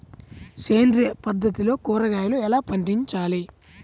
సేంద్రియ పద్ధతిలో కూరగాయలు ఎలా పండించాలి?